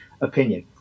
opinion